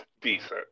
decent